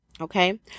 okay